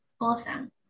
Awesome